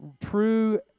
true